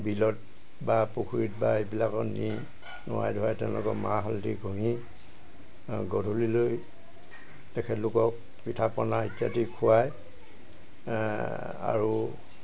বিলত বা পুখুৰীত বা এইবিলাকত নি নুৱাই ধুৱাই তেওঁলোকক মাহ হালধি ঘঁহি গধূলিলৈ তেওঁলোকক পিঠা পনা ইত্যাদি খুৱায় আৰু